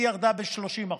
היא ירדה ב-30%,